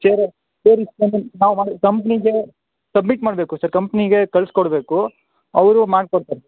ಸೇರಿ ಸೇರಿಸ್ಕೊಂಡು ನಾವು ನಮ್ಮ ಕಂಪ್ನಿಗೆ ಸಬ್ಮಿಟ್ ಮಾಡ್ಬೇಕು ಸರ್ ಕಂಪ್ನಿಗೆ ಕಳ್ಸ್ಕೊಡಬೇಕು ಅವರು ಮಾಡ್ಕೊಡ್ತಾರೆ